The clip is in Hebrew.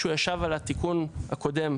כשהוא ישב על התיקון הקודם,